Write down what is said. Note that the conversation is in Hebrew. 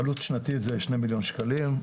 העלות השנתית זה שני מיליון שקלים.